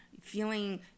feeling